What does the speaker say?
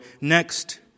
next